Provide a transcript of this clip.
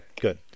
good